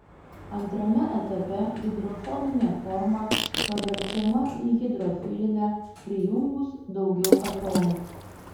antrame etape hidrofobinė forma paverčiama į hidrofilinę prijungus daugiau atomų